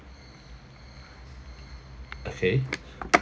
okay